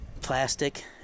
plastic